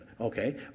okay